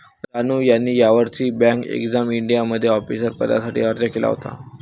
रानू यांनी यावर्षी bank exam इंडियामध्ये ऑफिसर पदासाठी अर्ज केला होता